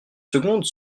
secondes